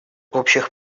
общих